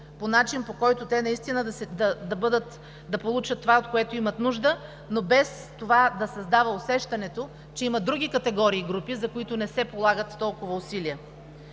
по начин, по който те наистина да получат това, от което имат нужда, но без това да създава усещането, че има други категории и групи, за които не се полагат толкова усилия.